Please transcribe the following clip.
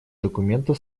документа